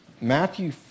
Matthew